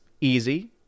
easy